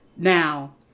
Now